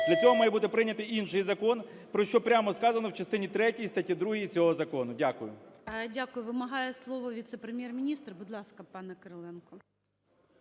Для цього має бути прийнятий інший закон, про що прямо сказано в частині третій статті 2 цього закону. Дякую. ГОЛОВУЮЧИЙ. Дякую. Вимагає слово віце-прем'єр-міністр. Будь ласка, пане Кириленко.